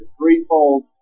threefold